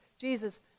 Jesus